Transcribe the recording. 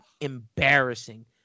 embarrassing